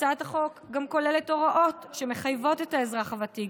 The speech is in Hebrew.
הצעת החוק גם כוללת הוראות שמחייבות את האזרח הוותיק